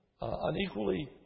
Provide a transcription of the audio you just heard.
unequally